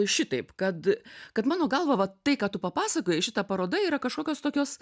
šitaip kad kad mano galva va tai ką tu papasakojai šita paroda yra kažkokios tokios